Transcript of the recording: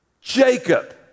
Jacob